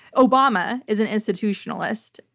obama is an institutionalist.